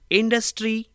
industry